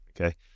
okay